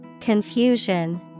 Confusion